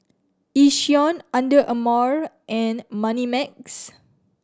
Yishion Under Armour and Moneymax